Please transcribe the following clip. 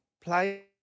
play